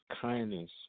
kindness